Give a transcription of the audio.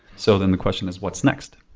so then the question is, what's next?